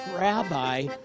rabbi